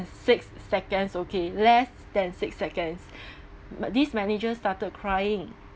six seconds okay less than six seconds but this manager started crying